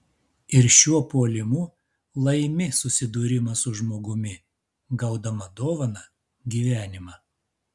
ir šiuo puolimu laimi susidūrimą su žmogumi gaudama dovaną gyvenimą